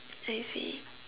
I see